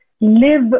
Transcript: live